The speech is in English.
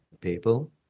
people